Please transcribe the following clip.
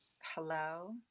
Hello